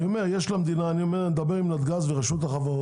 אני מדבר על נתג"ז ורשות החברות,